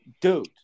Dude